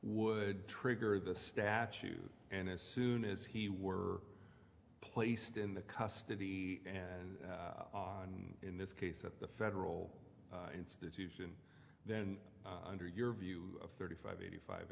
would trigger the statute and as soon as he were placed in the custody and in this case at the federal institution then under your view of thirty five eighty five